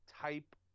type